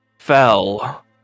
fell